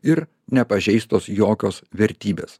ir nepažeistos jokios vertybės